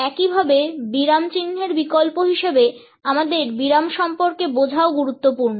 একইভাবে বিরাম চিহ্নের বিকল্প হিসাবে আমাদের বিরাম সম্পর্কে বোঝাও গুরুত্বপূর্ণ